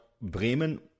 Bremen